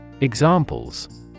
Examples